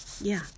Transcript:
Yeah